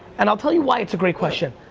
and i'll tell you why it's a great question,